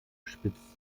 spitzt